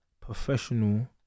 professional